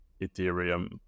Ethereum